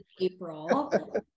April